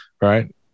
right